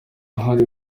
uhari